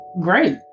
great